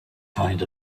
kind